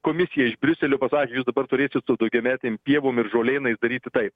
komisija iš briuseliopasakė jūs dabar turėsit su daugiametėm pievom ir žolėnais daryti taip